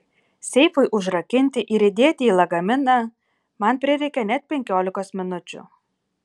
seifui užrakinti ir įdėti į lagaminą man prireikė net penkiolikos minučių